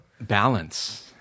balance